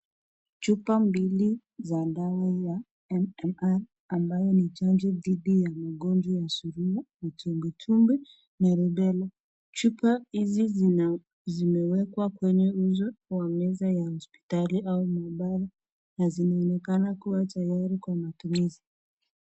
Chupa mbili za dawa ya MMR ambayo ni chanjo dhidi ya magonjwa ya surua, matumbwi tumbwi na rubela. Chupa hizi zimewekwa kwenye uso wa meza ya hospitali au maabara na zinaonekana kuwa tayari kwa matumizi.